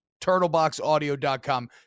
TurtleBoxAudio.com